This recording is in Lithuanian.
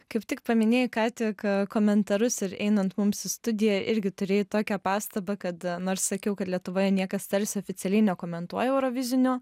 kaip tik paminėjai ką tik komentarus ir einant mums studijoje irgi turėjai tokią pastabą kad nors sakiau kad lietuvoje niekas tarsi oficialiai nekomentuoja eurovizinio